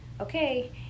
okay